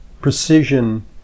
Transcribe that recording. precision